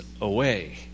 away